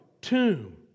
tomb